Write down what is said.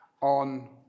on